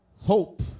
Hope